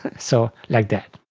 so, like that.